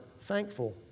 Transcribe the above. thankful